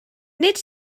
nid